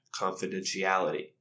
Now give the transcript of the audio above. confidentiality